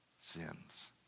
sins